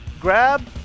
Grab